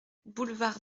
boulevard